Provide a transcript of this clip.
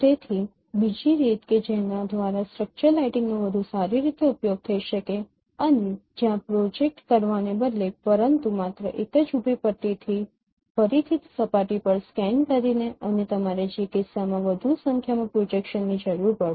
તેથી બીજી રીત કે જેના દ્વારા સ્ટ્રક્ચર્ડ લાઇટિંગનો વધુ સારી રીતે ઉપયોગ થઈ શકે અને જ્યાં પ્રોજેક્ટ કરવાને બદલે પરંતુ માત્ર એક જ ઊભી પટ્ટીથી ફરીથી સપાટી પર સ્કેન કરીને અને તમારે તે કિસ્સામાં વધુ સંખ્યામાં પ્રોજેક્શનની જરૂર પડશે